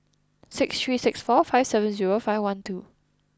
six three six four five seven zero five one two